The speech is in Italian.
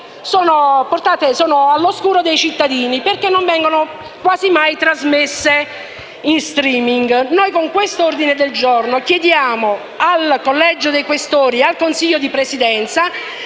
sono all'oscuro dei cittadini, perché non vengono quasi mai trasmesse in *streaming*. Con questo ordine del giorno chiediamo al Collegio dei senatori Questori e al Consiglio di Presidenza